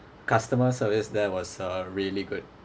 customer service there was uh really good